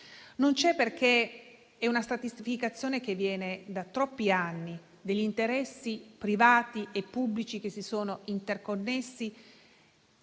di fronte a una stratificazione che viene da troppi anni degli interessi privati e pubblici che si sono interconnessi